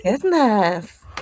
goodness